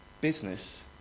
business